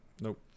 Nope